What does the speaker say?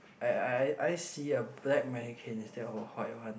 I I I I see a black mannequin instead of a white one